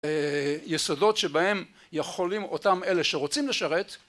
יסודות שבהם יכולים אותם אלה שרוצים לשרת